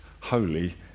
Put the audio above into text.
holy